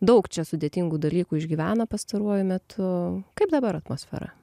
daug čia sudėtingų dalykų išgyvena pastaruoju metu kaip dabar atmosfera